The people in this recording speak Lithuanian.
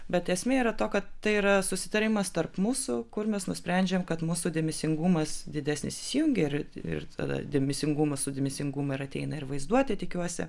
bet esmė yra to kad tai yra susitarimas tarp mūsų kur mes nusprendžiam kad mūsų dėmesingumas didesnis įsijungia ir ir tada dėmesingumas su dėmesingumu ir ateina ir vaizduotė tikiuosi